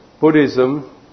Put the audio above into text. Buddhism